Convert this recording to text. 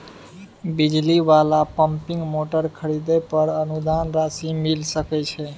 बिजली वाला pumping motor खरीदे पर अनुदान राशि मिल सके छैय?